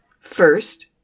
First